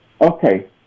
Okay